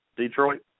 detroit